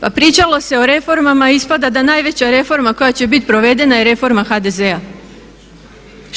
Pa pričalo se o reformama, ispada da najveća reforma koja će biti provedena je reforma HDZ-a.